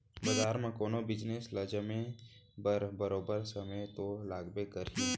बजार म कोनो बिजनेस ल जमे बर बरोबर समे तो लागबे करही